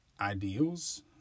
ideals